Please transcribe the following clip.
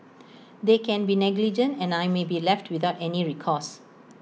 they can be negligent and I may be left without any recourse